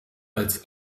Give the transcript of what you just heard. als